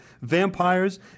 vampires